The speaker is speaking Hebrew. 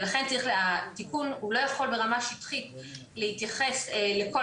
ולכן התיקון הוא לא יכול ברמה שטחית להתייחס לכל